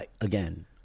again